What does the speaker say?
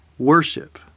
worship